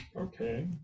Okay